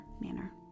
manner